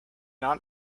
not